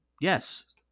Yes